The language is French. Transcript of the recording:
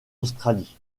australie